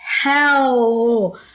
hell